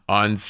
on